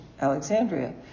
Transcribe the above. Alexandria